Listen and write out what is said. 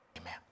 Amen